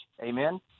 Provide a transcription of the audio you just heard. Amen